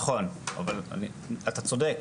אתה צודק.